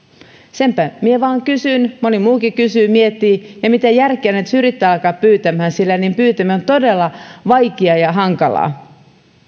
sitäpä minä vain kysyn ja moni muukin kysyy miettii ja mitä järkeä on edes yrittää alkaa pyytämään sillä niiden pyytäminen on todella vaikeaa ja hankalaa